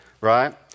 right